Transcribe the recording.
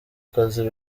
kazi